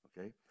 Okay